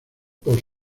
por